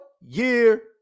year